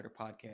Podcast